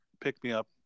pick-me-up